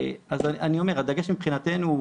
אז אני אומר, הדגש מבחינתנו,